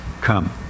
come